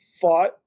fought